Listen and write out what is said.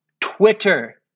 Twitter